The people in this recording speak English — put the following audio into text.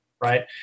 right